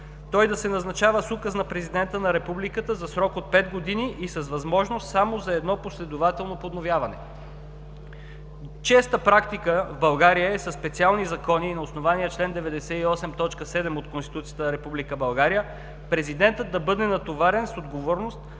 той да се назначава с указ на президента на Републиката за срок от 5 години и с възможност само за едно последователно подновяване. Честа практика в България е със специални закони на основание чл. 98, т. 7 от Конституцията на Република България президентът да бъде натоварен с отговорност